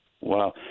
Wow